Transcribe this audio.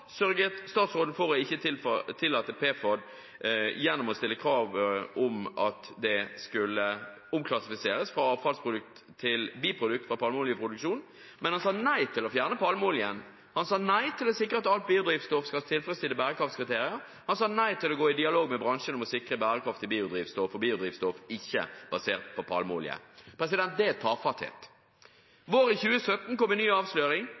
statsråden for ikke å tillate PFAD gjennom å stille krav om at det skulle omklassifiseres fra avfallsprodukt til biprodukt fra palmeoljeproduksjon. Men han sa nei til å fjerne palmeoljen, han sa nei til å sikre at alt biodrivstoff skal tilfredsstille bærekraftskriterier, og han sa nei til å gå i dialog med bransjen om å sikre bærekraftig biodrivstoff og biodrivstoff som ikke er basert på palmeolje. Det er tafatthet. Våren 2017 kom en ny avsløring: